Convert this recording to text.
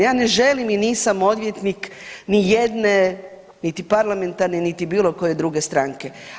Ja ne želim i nisam odvjetnik ni jedne niti parlamentarne, niti bilo koje druge stranke.